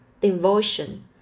devotion